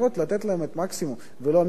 לתת להם את המקסימום ולא את המינימום,